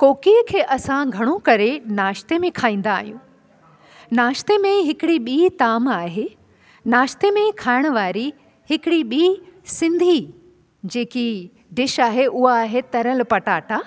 कोकीअ खे असां घणो करे नाश्ते में खाईंदा आहियूं नाश्ते में हिकिड़ी ॿी ताम आहे नाश्ते में खाइण वारी हिकिड़ी ॿी सिंधी जेकी डिश आहे उहा आहे तरियलु पटाटा